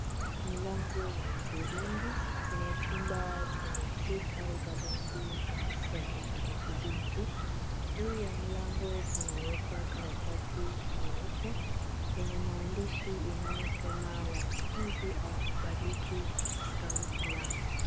Mlango wa udhurungi kwenye chumba chenye kuta za rangi ya kijani kibichi, juu ya mlango kumewekwa karatasi nyeupe ,yenye maandishi inayosema "wanafunzi hawakubaliki kupitia huu mlango."